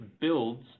builds